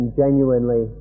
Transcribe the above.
genuinely